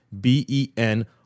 b-e-n